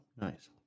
nice